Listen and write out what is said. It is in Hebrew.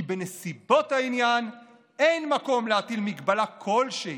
כי בנסיבות העניין אין מקום להטיל מגבלה כלשהי,